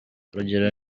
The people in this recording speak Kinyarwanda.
urugero